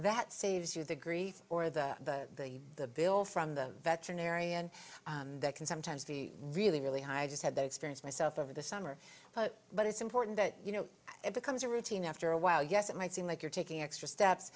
that saves you the grief or the the bill from the veterinarian that can sometimes be really really high i just had that experience myself over the summer but it's important that you know it becomes a routine after a while yes it might seem like you're taking extra steps